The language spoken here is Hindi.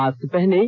मास्क पहनें